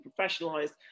professionalized